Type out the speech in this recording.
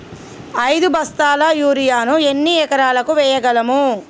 ఐదు బస్తాల యూరియా ను ఎన్ని ఎకరాలకు వేయగలము?